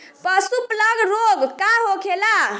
पशु प्लग रोग का होखेला?